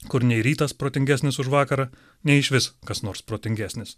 kur nei rytas protingesnis už vakarą nei išvis kas nors protingesnis